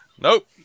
Nope